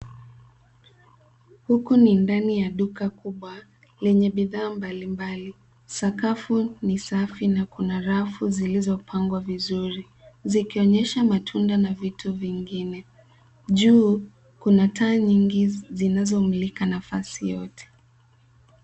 Huku ni ndani ya duka kubwa lenye bidhaa mbalimbali sakafu ni safi na kuna rafu zilizopangwa vizuri zikionyesha matunda na vitu vingine. Juu kuna taa nyingi zinazomulika nafasi yote.